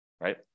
Right